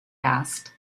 asked